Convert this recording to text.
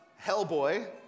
Hellboy